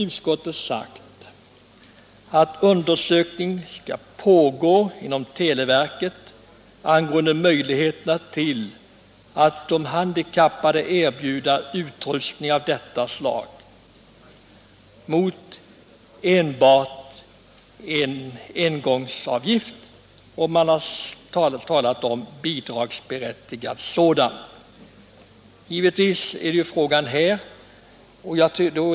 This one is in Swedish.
Utskottet säger att undersökning pågår inom televerket om möjligheterna att erbjuda handikappade utrustning av detta slag mot enbart en engångsavgift; man talar om bidragsberättigad sådan.